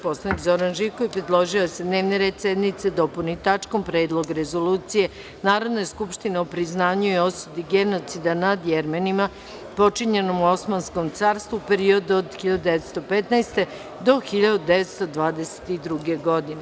Narodni poslanik Zoran Živković predložio da se dnevni red sednice dopuni tačkom – Predlog Rezolucije Narodne skupštine o priznanju i osudi genocida nad Jermenima, počinjenom u Osmanskom carstvu u periodu od 1915. do 1922. godine.